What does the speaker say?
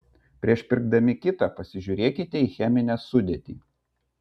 prieš pirkdami kitą pasižiūrėkite į cheminę sudėtį